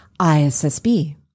ISSB